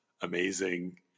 amazing